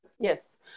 Yes